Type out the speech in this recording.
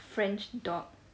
french dog